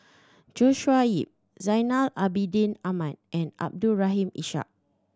Joshua Ip Zainal Abidin Ahmad and Abdul Rahim Ishak